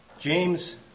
James